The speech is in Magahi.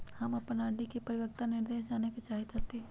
हम अपन आर.डी के परिपक्वता निर्देश जाने के चाहईत हती